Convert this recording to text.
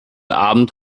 abend